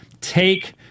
take